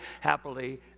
happily